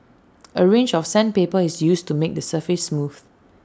A range of sandpaper is used to make the surface smooth